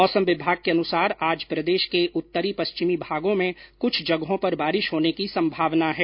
मौसम विभाग के अनुसार आज प्रदेश के उत्तरी पश्चिमी भाग में कुछ जगहों पर बारिश होने की संभावना है